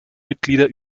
mitglieder